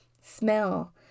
smell